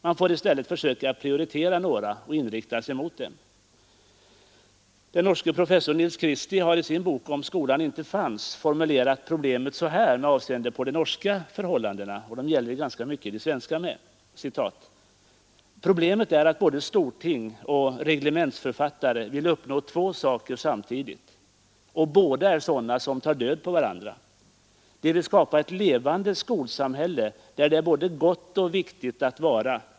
Man får i stället försöka prioritera några och inrikta sig mot dem, Den norske professorn Nils Christie har i sin bok Om skolan inte fanns formulerat problemet så här med avseende på de norska förhållandena — och det gäller ju ganska mycket även svenska: ”Problemet är att både storting och reglementsförfattare vill uppnå två saker samtidigt. Och båda är sådana som tar död på varandra. De vill skapa ett levande skolsamhälle där det är både gott och viktigt att vara.